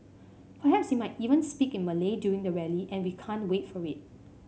perhaps he might even speak in Malay during the rally and we can't wait for it